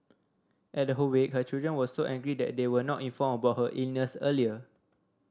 at her wake her children were so angry that they were not informed about her illness earlier